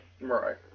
Right